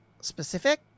specific